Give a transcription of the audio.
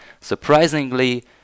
Surprisingly